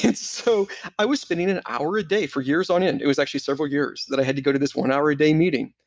so i was spending an hour a day for years on end, it was actually several years, that i had to go to this one hour a day meeting.